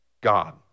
God